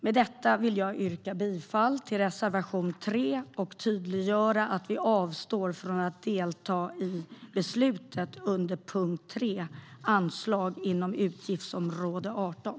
Med detta vill jag yrka bifall till reservation 3 och tydliggöra att vi avstår från att delta i beslutet under punkt 3, Anslag inom utgiftsområde 18.